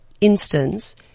instance